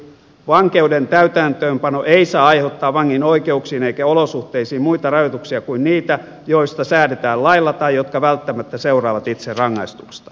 vankeuden täytäntöönpano ei saa aiheuttaa vangin oikeuksiin eikä olosuhteisiin muita rajoituksia kuin niitä joista säädetään lailla tai jotka välttämättä seuraavat itse rangaistuksesta